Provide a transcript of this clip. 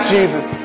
Jesus